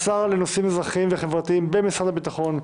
השר לנושאים אזרחיים וחברתיים במשרד הביטחון,